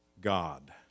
God